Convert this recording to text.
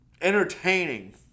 entertaining